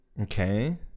Okay